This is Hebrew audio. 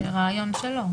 זה רעיון שלו.